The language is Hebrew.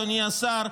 אדוני השר,